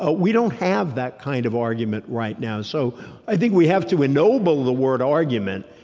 ah we don't have that kind of argument right now, so i think we have to ennoble the word argument,